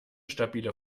stabile